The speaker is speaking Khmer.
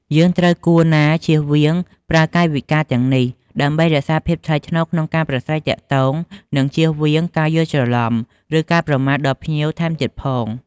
យើងត្រូវគួរណាជៀសវាងប្រើកាយវិការទាំងនេះ ដើម្បីរក្សាភាពថ្លៃថ្នូរក្នុងការប្រាស្រ័យទាក់ទង និងជៀសវាងការយល់ច្រឡំ ឬការប្រមាថដល់ភ្ញៀវថែមទៀតផង។